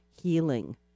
Healing